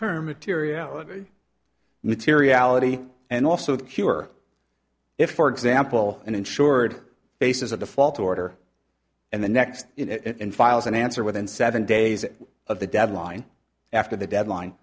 term materiality materiality and also the cure if for example an insured basis of the fault order and the next in files an answer within seven days of the deadline after the deadline